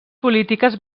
polítiques